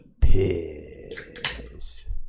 piss